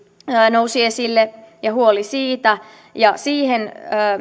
nousi esille ja huoli siitä siihen